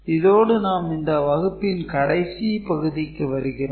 இதோடு நாம் இந்த வகுப்பில் கடைசி பகுதிக்கு வருகிறோம்